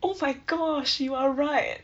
oh my gosh you are right